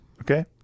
Okay